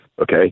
Okay